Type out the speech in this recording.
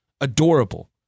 adorable